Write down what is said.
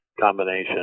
combination